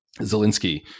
Zelensky